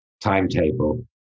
timetable